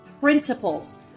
principles